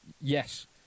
Yes